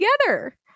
together